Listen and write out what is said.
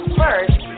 first